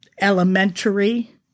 elementary